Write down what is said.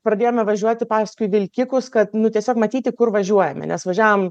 pradėjome važiuoti paskui vilkikus kad nu tiesiog matyti kur važiuojame nes važiavom